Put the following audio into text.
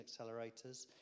accelerators